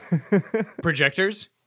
projectors